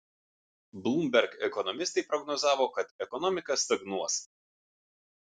bloomberg ekonomistai prognozavo kad ekonomika stagnuos